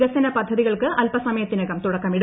വികസന പദ്ധതികൾക്ക് അല്പ്പുസമയത്തിനകം തുടക്കമിടും